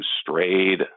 strayed